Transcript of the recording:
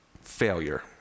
failure